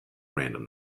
random